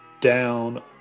down